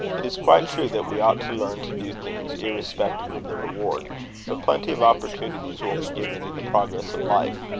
it is quite true that we ought to learn to do things irrespective of the reward but plenty of opportunities will be given in the progress of life,